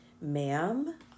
ma'am